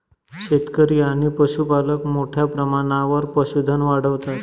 शेतकरी आणि पशुपालक मोठ्या प्रमाणावर पशुधन वाढवतात